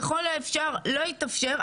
ככל האפשר לא יתאפשר,